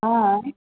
অঁ